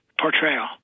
portrayal